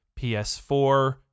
PS4